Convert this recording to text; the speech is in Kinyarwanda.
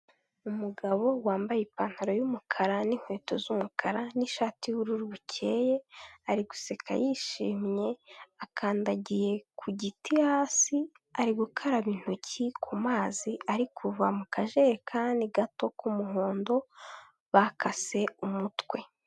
Umugabo wambaye ipantaro y'umukara n'inkweto z'umukara n'ishati y'ubururu bukeye, ari guseka yishimye akandagiye ku giti hasi ari gukaraba intoki ku mazi ariko kuva mu kajerekani gato k'umuhondo bakase umutwe.